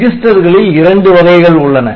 ரெஜிஸ்டர்களில் இரண்டு வகைகள் உள்ளன